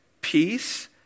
peace